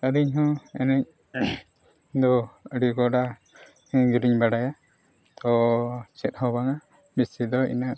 ᱟᱹᱞᱤᱧ ᱦᱚᱸ ᱮᱱᱮᱡ ᱫᱚ ᱟᱹᱰᱤ ᱠᱚᱰᱟ ᱜᱮᱞᱤᱧ ᱵᱟᱰᱟᱭᱟ ᱛᱚ ᱪᱮᱫ ᱦᱚᱸ ᱵᱟᱝᱟ ᱵᱮᱥᱤ ᱫᱚ ᱤᱱᱟᱹᱜ